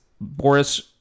Boris